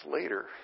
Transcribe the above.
later